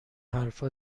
حرفا